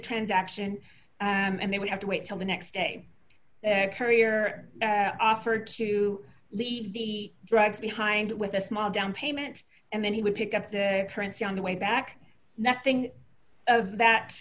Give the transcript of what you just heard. transaction and they would have to wait till the next day courier offered to leave the drugs behind with a small down payment and then he would pick up the currency on the way back nothing of that